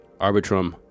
Arbitrum